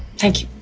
thank you!